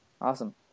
Awesome